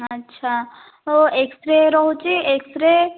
ଆଚ୍ଛା ହଉ x-ray ରହୁଛି ଏକ୍ସରେ